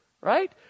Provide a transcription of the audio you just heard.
right